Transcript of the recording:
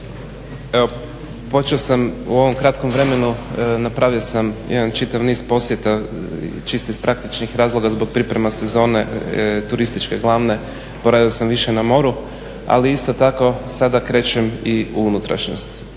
počeo sam u ovom kratkom vremenu, napravio sam jedan čitav niz posjeta čisto iz praktičnih razloga zbog priprema sezone turističke glavne boravio sam više na moru, ali isto tako sada krećem i u unutrašnjost